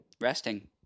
resting